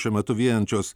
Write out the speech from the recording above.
šiuo metu vienijančios